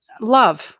love